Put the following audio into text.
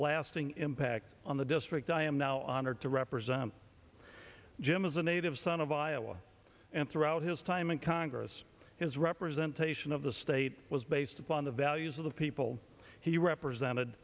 lasting impact on the district i am now honored to represent jim is a native son of iowa and throughout his time in congress his representation of the state was based upon the values of the people he represented